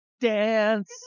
dance